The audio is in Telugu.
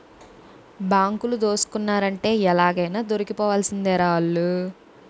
బాంకులు దోసుకున్నారంటే ఎలాగైనా దొరికిపోవాల్సిందేరా ఆల్లు